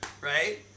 right